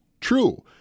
true